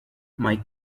mike